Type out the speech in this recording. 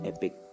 Epic